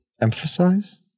emphasize